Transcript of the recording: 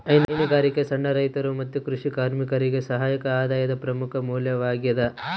ಹೈನುಗಾರಿಕೆ ಸಣ್ಣ ರೈತರು ಮತ್ತು ಕೃಷಿ ಕಾರ್ಮಿಕರಿಗೆ ಸಹಾಯಕ ಆದಾಯದ ಪ್ರಮುಖ ಮೂಲವಾಗ್ಯದ